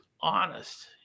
honest